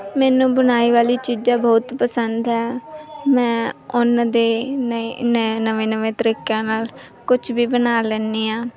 ਮੈਨੂੰ ਬੁਣਾਈ ਵਾਲੀ ਚੀਜ਼ਾਂ ਬਹੁਤ ਪਸੰਦ ਹੈ ਮੈਂ ਉਹਨਾਂ ਦੇ ਨਵੇਂ ਨਵੇਂ ਨਵੇਂ ਨਵੇਂ ਤਰੀਕਿਆਂ ਨਾਲ ਕੁਛ ਵੀ ਬਣਾ ਲੈਂਦੀ ਹਾਂ